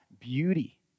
beauty